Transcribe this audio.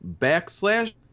backslash